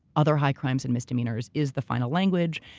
other high crimes and misdemeanors is the final language.